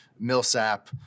Millsap